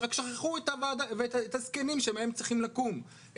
ורק שכחו את הזקנים שמהם צריכים לקום.